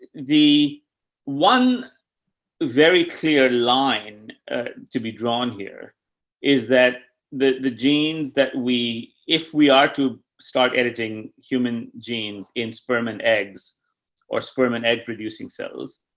the one very clear line to be drawn here is that the, the genes that we, if we are to start editing human genes in sperm and eggs or sperm and egg producing cells,